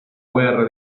guerra